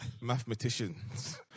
mathematicians